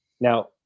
now